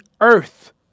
earth